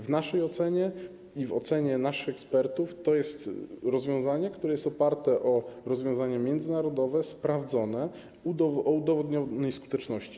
W naszej ocenie i w ocenie naszych ekspertów to jest rozwiązanie, które jest oparte na rozwiązaniach międzynarodowych, sprawdzonych, o udowodnionej skuteczności.